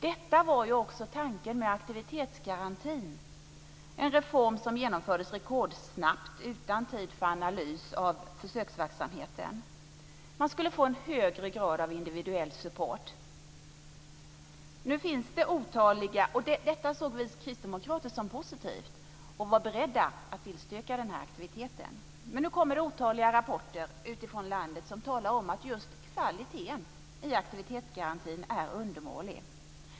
Det var ju också tanken med aktivitetsgarantin - en reform som genomfördes rekordsnabbt, utan tid för analys av försöksverksamheten. Man skulle få en högre grad av individuell support. Detta såg vi kristdemokrater som någonting positivt och vi var beredda att tillstyrka den här aktiviteten. Nu kommer det otaliga rapporter utifrån landet som talar om att just kvaliteten hos aktivitetsgarantin är undermålig.